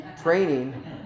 training